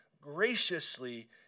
graciously